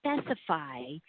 specify